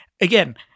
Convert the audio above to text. again